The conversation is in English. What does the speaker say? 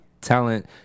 talent